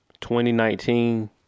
2019